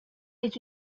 est